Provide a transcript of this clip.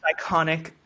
iconic